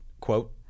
quote